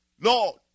Lord